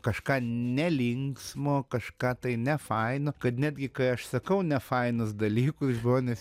kažką nelinksmo kažką tai nefaino kad netgi kai aš sakau nefainus dalykus žmonės